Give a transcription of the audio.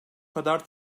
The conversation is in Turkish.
kadar